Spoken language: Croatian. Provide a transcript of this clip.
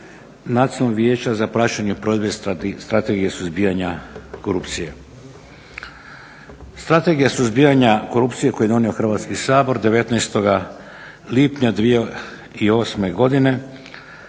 Nacionalnog vijeća za praćenje provedbe Strategije suzbijanja korupcije. Strategija suzbijanja korupcije koju je donio Hrvatski sabor 19.lipnja 2008.godine